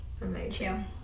Amazing